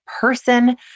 person